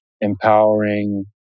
empowering